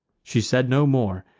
she said no more.